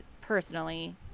personally